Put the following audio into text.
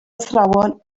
athrawon